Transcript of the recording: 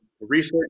research